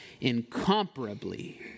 incomparably